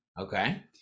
Okay